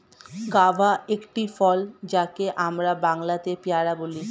guava একটি ফল যাকে আমরা বাংলাতে পেয়ারা বলি